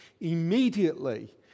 immediately